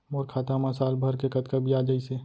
मोर खाता मा साल भर के कतका बियाज अइसे?